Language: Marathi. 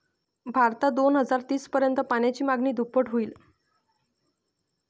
भारतात दोन हजार तीस पर्यंत पाण्याची मागणी दुप्पट होईल